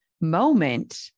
moment